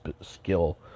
skill